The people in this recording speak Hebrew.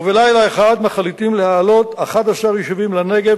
ובלילה אחד מחליטים להעלות 11 יישובים בנגב